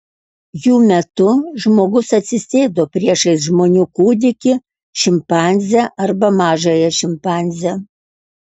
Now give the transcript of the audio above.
jų metu žmogus atsisėdo priešais žmonių kūdikį šimpanzę arba mažąją šimpanzę